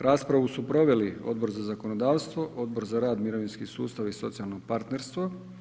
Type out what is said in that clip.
Raspravu su proveli Odbor za zakonodavstvo, Odbor za rad, mirovinski sustav i socijalno partnerstvo.